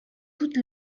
toute